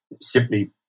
simply